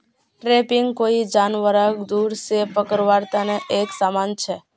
trapping कोई जानवरक दूर से पकड़वार तने एक समान छे